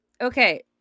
Okay